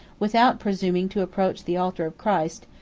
without presuming to approach the altar of christ,